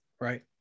Right